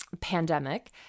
pandemic